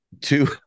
Two